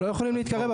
הם לא יכולים להתקרב,